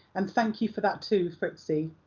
and thank you for that too, fritzi!